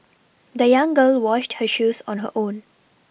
the young girl washed her shoes on her own